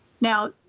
Now